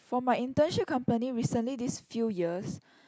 for my internship company recently these few years